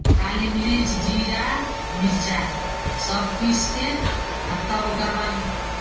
काली मिरीच जीरा मिर्चाइ सभ पीसि कऽ आ तब ओकर बाद